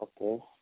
Okay